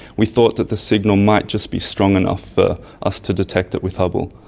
we thought that the signal might just be strong enough for us to detect it with hubble.